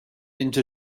into